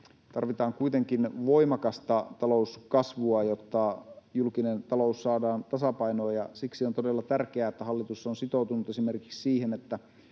Tarvitaan kuitenkin voimakasta talouskasvua, jotta julkinen talous saadaan tasapainoon, ja siksi on todella tärkeää, että hallitus on sitoutunut esimerkiksi siihen, että